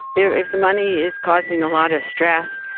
if the money is causing a lot of stress,